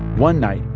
one night,